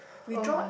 we draw